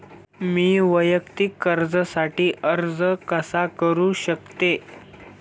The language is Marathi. मी वैयक्तिक कर्जासाठी अर्ज कसा करु शकते?